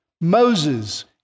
Moses